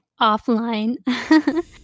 Offline